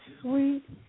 sweet